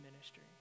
ministry